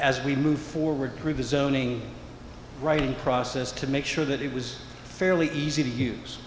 as we move forward through his zoning writing process to make sure that it was fairly easy to use